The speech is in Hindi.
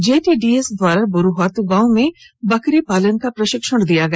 जेटीडीएस द्वारा बुरुहातू गांव में बकरी पालन का प्रशिक्षण दिया गया